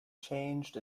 changed